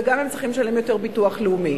וגם הם צריכים לשלם יותר ביטוח לאומי.